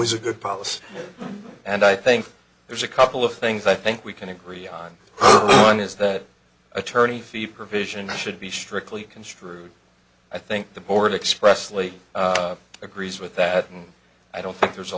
always a good policy and i think there's a couple of things i think we can agree on one is that attorney fees provision that should be strictly construed i think the board expressly agrees with that and i don't think there's a